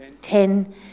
Ten